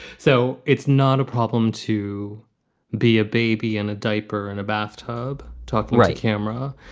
so it's not a problem to be a baby in a diaper, in a bathtub. talk right camera.